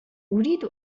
أريد